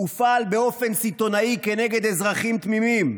הופעל באופן סיטונאי כנגד אזרחים תמימים,